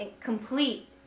complete